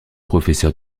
professeur